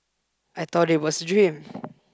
I thought it was a dream